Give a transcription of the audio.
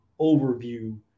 overview